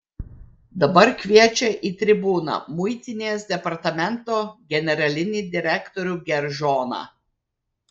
dabar kviečia į tribūną muitinės departamento generalinį direktorių geržoną